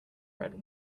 red